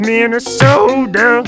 Minnesota